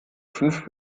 fünf